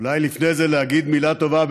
אולי לפני זה להגיד מילה טובה.